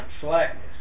slackness